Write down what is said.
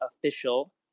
Official